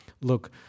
look